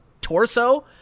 torso